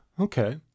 okay